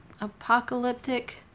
apocalyptic